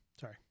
Sorry